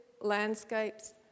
landscapes